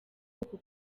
uku